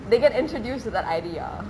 they get introduced to that idea